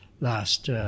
last